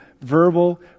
verbal